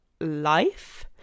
life